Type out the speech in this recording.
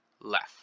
left